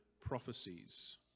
prophecies